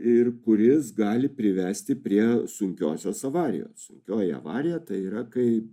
ir kuris gali privesti prie sunkiosios avarijos sunkioji avarija tai yra kai